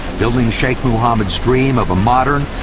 building sheikh mohammed's dream of a modern,